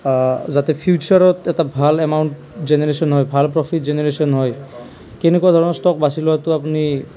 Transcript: যাতে ফিউচাৰত এটা ভাল এমাউণ্ট জেনেৰেশ্যন হয় ভাল প্ৰফিট জেনেৰেশ্যন হয় কেনেকুৱা ধৰণৰ ষ্টক বাচি লোৱাটো আপুনি